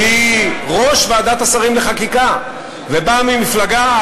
שהיא ראש ועדת השרים לחקיקה ובאה ממפלגה,